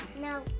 No